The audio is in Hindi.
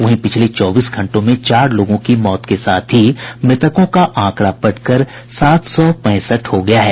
वहीं पिछले चौबीस घंटों में चार लोगों की मौत के साथ ही मृतकों का आंकड़ा बढ़कर सात सौ पैंसठ हो गया है